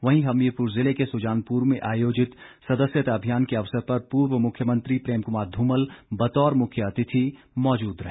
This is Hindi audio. वहीं हमीरपुर जिले के सुजानपुर में आयोजित सदस्यता अभियान के अवसर पर पूर्व मुख्यमंत्री प्रेम कुमार धूमल बतौर मुख्यातिथि मौजूद रहे